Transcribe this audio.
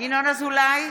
ינון אזולאי,